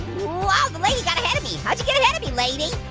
whoa the lady got ahead of me. how'd you get ahead of me, lady?